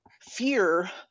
fear